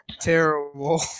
Terrible